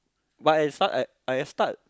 but is start at I start